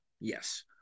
Yes